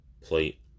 plate